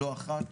לא אחת,